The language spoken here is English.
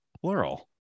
plural